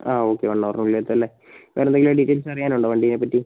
ആ okay one ഹവറിന് ഉള്ളിൽ എത്തും അല്ലെ വേറെ എന്തെങ്കിലും ഡീറ്റെയിൽസ് അറിയാൻ ഉണ്ടോ വണ്ടീനെ പറ്റി